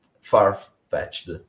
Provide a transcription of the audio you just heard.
far-fetched